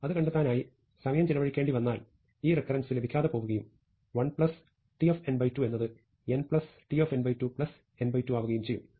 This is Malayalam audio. അത് കണ്ടെത്താനായി സമയം ചിലവഴിക്കേണ്ടിവന്നാൽ ഈ റെകരേൻസ് ലഭിക്കാതെ പോവുകയും 1 Tn2 എന്നത് nTn2n2 ആവുകയും ചെയ്യും